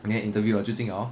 and then interview ah 就进 liao lor